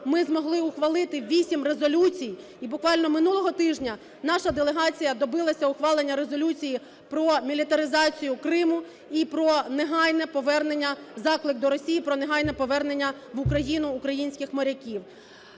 ми змогли ухвалити 8 резолюцій. І буквально минулого тижня наша делегація добилася ухвалення Резолюції про мілітаризацію Криму і про негайне повернення, заклик до Росії про негайне повернення в Україну українських моряків.